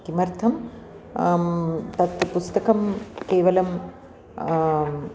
किमर्थं तत् पुस्तकं केवलम्